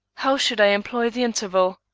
how should i employ the interval?